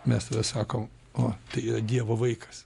mes tada sakom o tai yra dievo vaikas